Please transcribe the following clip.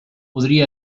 podria